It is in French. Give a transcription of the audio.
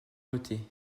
voter